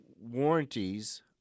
warranties